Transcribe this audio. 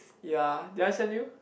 ya did I send you